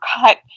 cut